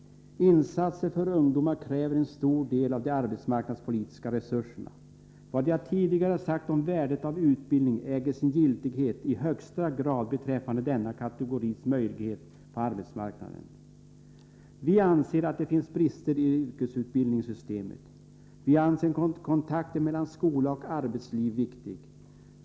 Insatser för ungdomar kräver en stor del av de arbetsmarknadspolitiska resurserna. Vad jag tidigare sagt om värdet av utbildning äger i högsta grad sin giltighet beträffande denna kategoris möjlighet på arbetsmarknaden. Vi menar att det finns brister i yrkesutbildningssystemet. Vi anser kontakten mellan skola och arbetsliv viktig.